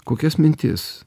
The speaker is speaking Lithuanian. kokias mintis